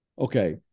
Okay